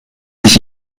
sich